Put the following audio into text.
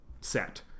set